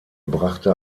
brachte